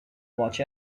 watch